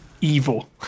Evil